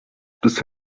bis